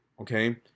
Okay